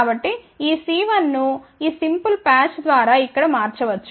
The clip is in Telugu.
కాబట్టి ఈ C1 ను ఈ సింపుల్ ప్యాచ్ ద్వారా ఇక్కడ మార్చవచ్చు